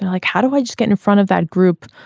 like how do i just get in front of that group.